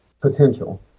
potential